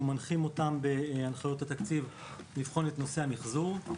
אנחנו מנחים אותם בהנחיות התקציב לבחון את נושא המחזור.